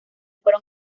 fueron